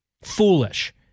foolish